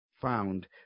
found